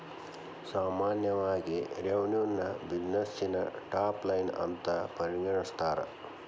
ಸಾಮಾನ್ಯವಾಗಿ ರೆವೆನ್ಯುನ ಬ್ಯುಸಿನೆಸ್ಸಿನ ಟಾಪ್ ಲೈನ್ ಅಂತ ಪರಿಗಣಿಸ್ತಾರ?